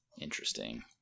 Interesting